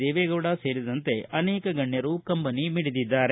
ದೇವೆಗೌಡ ಸೇರಿದಂತೆ ಅನೇಕ ಗಣ್ಣರು ಕಂಬನಿ ಮಿಡಿದಿದ್ದಾರೆ